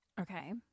Okay